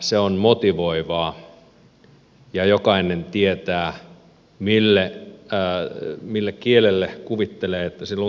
se on motivoivaa ja jokainen tietää mille kielelle kuvittelee olevan käyttöä